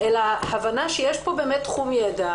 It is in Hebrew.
אלא הבנה שיש פה באמת תחום ידע,